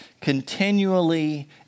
continually